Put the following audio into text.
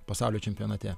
pasaulio čempionate